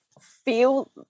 feel